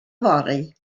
fory